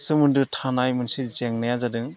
सोमोन्दो थानाय मोनसे जेंनाया जादों